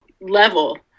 level